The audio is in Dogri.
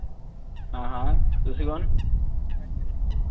हां हां तुसी कौन